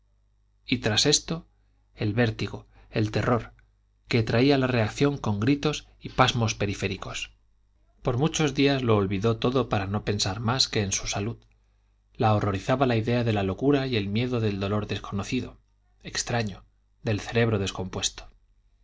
y tras esto el vértigo el terror que traía la reacción con gritos y pasmos periféricos por muchos días lo olvidó todo para no pensar más que en su salud la horrorizaba la idea de la locura y el miedo del dolor desconocido extraño del cerebro descompuesto